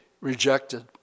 rejected